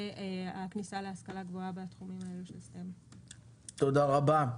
וכניסה להשכלה גבוהה בתחומי STEM. תודה רבה.